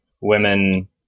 women